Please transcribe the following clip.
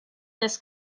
this